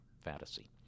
fantasy